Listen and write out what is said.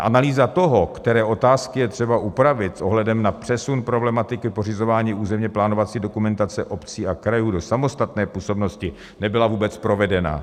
Analýza toho, které otázky je třeba upravit s ohledem na přesun problematiky pořizování územněplánovací dokumentace obcí a krajů do samostatné působnosti, nebyla vůbec provedena.